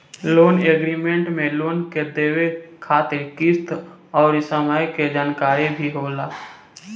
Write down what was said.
loan agreement में loan के देवे खातिर किस्त अउर समय के जानकारी भी होला